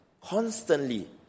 constantly